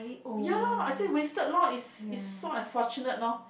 ya loh I say wasted loh is is so unfortunate loh